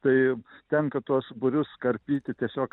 tai tenka tuos būrius karpyti tiesiog